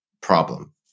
problem